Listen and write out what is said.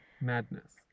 madness